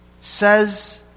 says